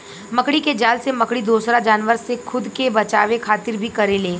मकड़ी के जाल से मकड़ी दोसरा जानवर से खुद के बचावे खातिर भी करेले